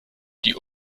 die